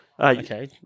Okay